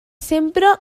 sempre